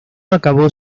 acabó